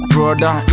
Brother